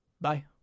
Bye